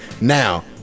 now